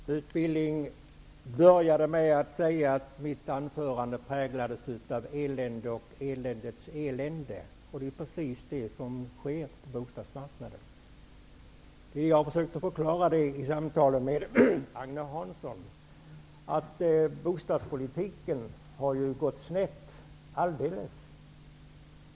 Herr talman! Knut Billing började med att säga att mitt anförande präglades av elände och eländets elände. Det är precis så på bostadsmarknaden. I mitt samtal med Agne Hansson försökte jag förklara att bostadspolitiken har gått alldeles snett.